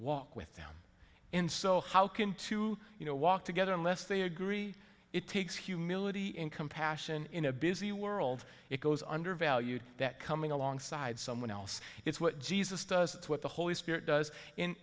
walk with them in so how can two you know walk together unless they agree it takes humility in compassion in a busy world it goes under valued that coming alongside someone else it's what jesus does it's what the holy spirit does in